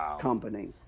company